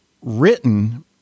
written